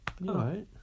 right